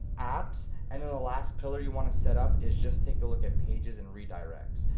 apps, and then the last pillar you wanna set up is just take a look at pages and redirects.